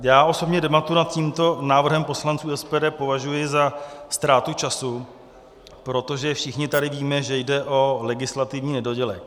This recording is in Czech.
Já osobně debatu nad tímto návrhem poslanců SPD považuji za ztrátu času, protože všichni tady víme, že jde o legislativní nedodělek.